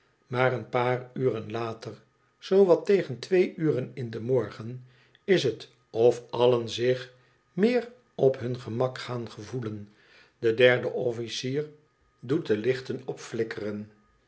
maar een paar uren later zoo wat tegen twee uren in den morgen is het of allen zich meer op hun gemak gaan gevoelen de derde officier doet de lichten opflikkeren